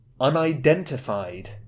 Unidentified